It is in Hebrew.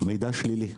מידע שלילי.